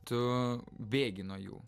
tu bėgi nuo jų